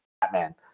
Batman